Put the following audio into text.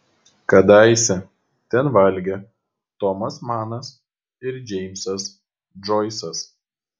kadaise ten valgė tomas manas ir džeimsas džoisas